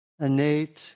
innate